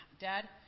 Dad